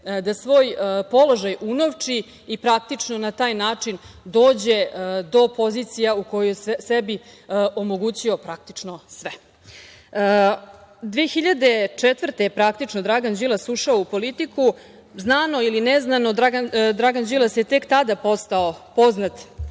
da svoj položaj unovči i praktično na taj način dođe do pozicija u kojoj je sebi omogućio praktično sve. Praktično 2004. godine Dragan Đilas je ušao u politiku. Znano ili neznano Dragan Đilas je tek tada postao poznat